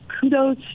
kudos